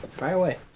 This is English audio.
fire away.